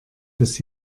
des